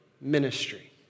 ministry